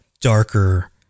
darker